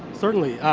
certainly.